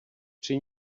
při